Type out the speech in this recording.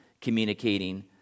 communicating